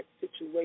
situation